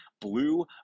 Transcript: blue